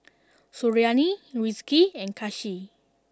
Suriani Rizqi and Kasih